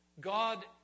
God